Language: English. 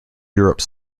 europe